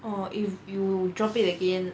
oh if you drop it again